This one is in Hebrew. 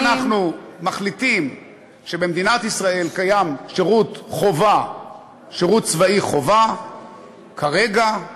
אם אנחנו מחליטים שבמדינת ישראל קיים שירות צבאי חובה כרגע,